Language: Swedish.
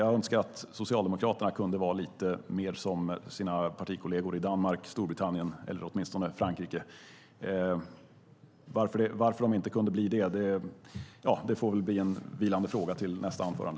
Jag önskar att Socialdemokraterna kunde vara lite mer som sina partikolleger i Danmark, Storbritannien eller åtminstone Frankrike. Varför de inte kunde bli det får väl bli en vilande fråga till nästa anförande.